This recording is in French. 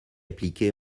appliquées